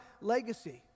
legacy